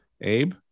Abe